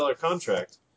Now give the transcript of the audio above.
contract